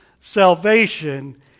salvation